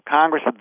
Congress